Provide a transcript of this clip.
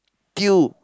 Tiew